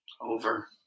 Over